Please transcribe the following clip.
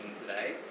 today